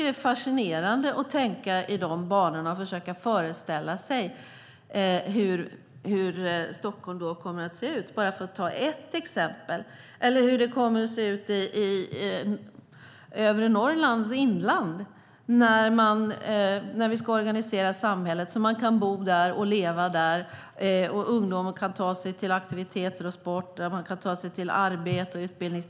Det är fascinerande att tänka i de banorna och försöka föreställa sig hur Stockholm kommer att se ut då. Det är ett exempel, ett annat är att föreställa sig hur det kommer att se ut i övre Norrlands inland när vi ska organisera samhället så att man kan bo och leva där, när ungdomar kan ta sig till aktiviteter och man kan ta sig till arbeten och utbildningar.